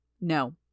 No